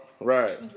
Right